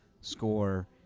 score